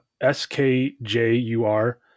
S-K-J-U-R